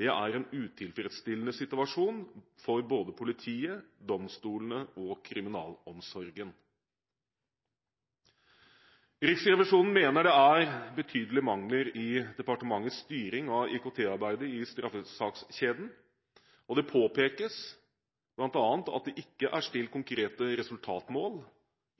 Det er en utilfredsstillende situasjon for både politiet, domstolene og kriminalomsorgen». Riksrevisjonen mener det er betydelige mangler i departementets styring av IKT-arbeidet i straffesakskjeden, og det påpekes bl.a. at det ikke er stilt konkrete resultatmål